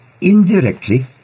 indirectly